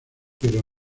pero